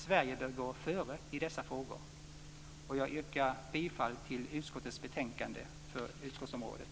Sverige bör gå före i dessa frågor. Jag yrkar bifall till hemställan i utskottets betänkande för utgiftsområdet.